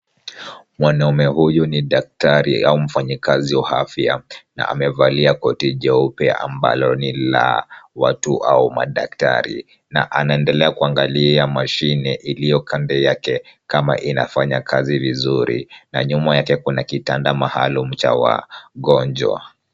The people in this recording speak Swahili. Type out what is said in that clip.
Mwanaume huyu ni daktari au mfanyakazi wa afya na amevalia koti jeupe ambalo ni la watu au madaktari, na anaendelea kuangalia mashine iliyo kando yake kama inafanya kazi vizuri, na nyuma yake kuna kitanda maalum cha wagonjwa.